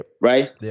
right